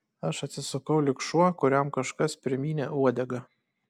aš atsisukau lyg šuo kuriam kažkas primynė uodegą